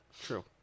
True